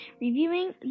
reviewing